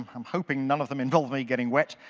i'm hoping none of them involve me getting wet.